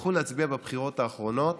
שהלכו להצביע בבחירות האחרונות